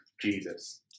Jesus